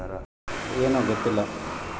ವಿಶ್ಲೇಷಕರು ಸ್ಥಿರ ಆದಾಯದಲ್ಲಿ ಪರಿಣತಿ ಹೊಂದಿದ್ದಾರ